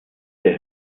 der